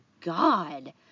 God